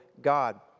God